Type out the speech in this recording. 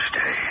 stay